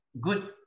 good